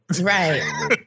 right